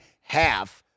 half